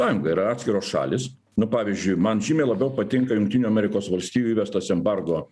sąjunga yra atskiros šalys nu pavyzdžiui man žymiai labiau patinka jungtinių amerikos valstijų įvestas embargo